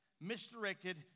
misdirected